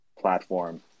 platform